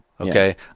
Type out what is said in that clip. Okay